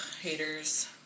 haters